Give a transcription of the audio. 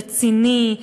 רציני,